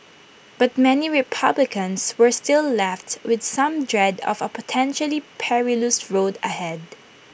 but many republicans were still left with some dread of A potentially perilous road ahead